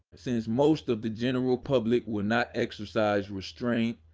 since most of the general public will not exercise restraint,